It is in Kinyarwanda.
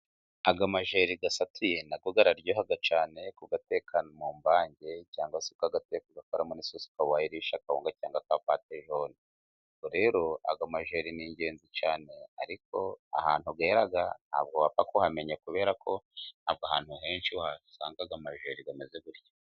Aya majeri asatuye na yo araryoha cyane kuyateka mu mvange ,cyangwa se ukayateka ugakoramo n'isosi ukaba wayarisha kawunga cyangwa na ka patejone, ubwo rero aya amajeri ni ingenzi cyane, ariko ahantu yera ntabwo wapfa kuhamenya, kubera ko ahantu henshi uhasanga majeri bameze gutya.